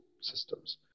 systems